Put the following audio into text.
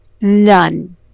none